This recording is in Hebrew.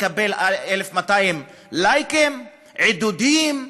מקבל 1,200 לייקים, עידודים,